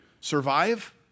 Survive